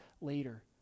later